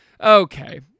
Okay